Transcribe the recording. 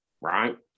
right